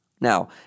Now